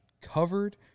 covered